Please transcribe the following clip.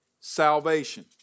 salvation